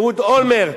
אהוד אולמרט,